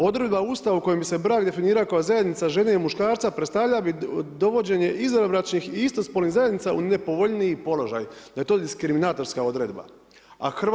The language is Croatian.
Odredba Ustava u kojoj bi se brak definirao kao zajednica žene i muškarca predstavljao bi dovođenje izvanbračnih i istospolnih zajednica u nepovoljniji položaj, da je to diskriminatorska odredba.